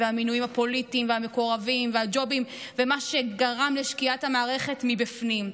המינויים הפוליטיים והמקורבים והג'ובים ומה שגרם לשקיעת המערכת מבפנים,